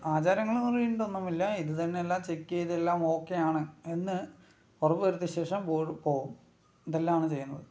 ആചാരങ്ങള് പറഞ്ഞിട്ടൊന്നുമില്ല ഇതുതന്നെ എല്ലാം ചെക്ക് ചെയ്ത് എല്ലാം ഒക്കെയാണ് എന്ന് ഉറപ്പു വരുത്തിയ ശേഷം ബോട്ട് പോകും ഇതെല്ലാമാണ് ചെയ്യുന്നത്